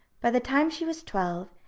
by the time she was twelve,